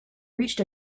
reached